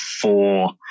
four